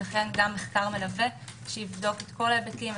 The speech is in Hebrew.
וכן גם מחקר מלווה שיבדוק את כל ההיבטים,